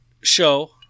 show